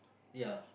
ya